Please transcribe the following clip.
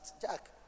Jack